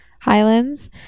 Highlands